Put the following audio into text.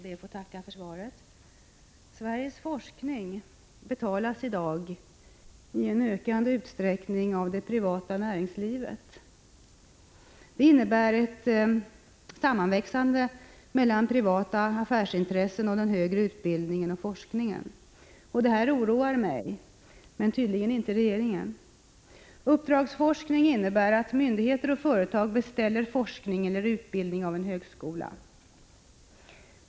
Herr talman! Jag skall be att få tacka för svaret. Sveriges forskning betalas i dag i ökande utsträckning av det privata näringslivet. Det innebär ett sammanväxande mellan privata affärsintressen och den högre utbildningen och forskningen. Detta oroar mig — men tydligen inte regeringen. Uppdragsforskning innebär att myndigheter och företag beställer forskning eller utbildning hos en högskola.